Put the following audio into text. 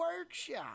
workshop